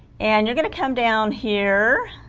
and you're gonna come down here